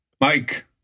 Mike